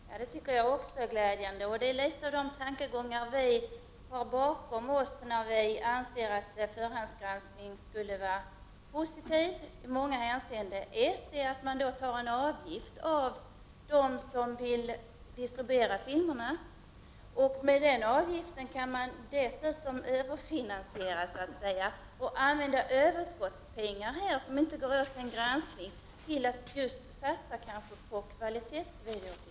Herr talman! Jag tycker också att det är glädjande. Det är sådana tankar som ligger bakom vår uppfattning att en förhandsgranskning skulle vara positiv i många hänseenden. Ett skäl är att man tar en avgift av dem som vill distribuera filmerna. Med den avgiften kan man dessutom så att säga överfinansiera verksamheten. Överskottspengar, som inte går åt till en granskning, kan användas till att satsa på kvalitetsvideofilmer.